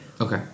Okay